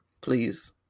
please